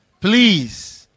Please